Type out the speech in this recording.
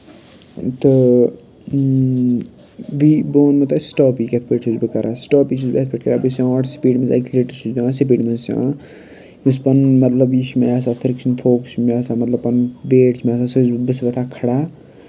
تہٕ بیٚیہِ بہٕ وَنہمو تۄہہِ سٹاپی کِتھ پٲٹھۍ چھُس بہٕ کَران سِٹاپی چھُس بہٕ یِتھ پٲٹھۍ کَران بہٕ چھُس یِوان اورٕ سِپیٖڈ منٛز چھُس دِوان سپیٖڈ منٛز یُس پَنُن مطلب یہِ چھُ مےٚ آسان فِرٛکشَن فوکَس چھُ مےٚ آسان مطلب پَنُن ویٹ چھِ مےٚ آسان سُہ چھُس بہٕ بہٕ چھُس وَتھان کھڑا